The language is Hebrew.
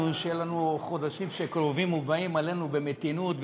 שיהיו לנו חודשים שקרבים ובאים עלינו במתינות,